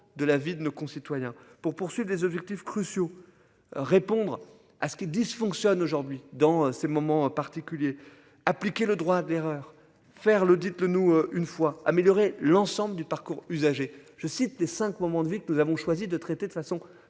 de la vie de nos concitoyens pour poursuivent des objectifs cruciaux. Répondre à ce qui dysfonctionne aujourd'hui dans ces moments particuliers appliquer le droit à l'erreur. Faire le dites-le nous une fois améliorer l'ensemble du parcours usagers je cite des cinq moments de vie que nous avons choisi de traiter de façon